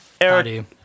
Eric